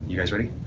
you guys ready?